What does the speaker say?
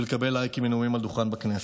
לקבל לייקים על נאומים בדוכן בכנסת.